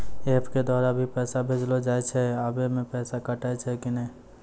App के द्वारा भी पैसा भेजलो जाय छै आबै मे पैसा कटैय छै कि नैय?